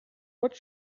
what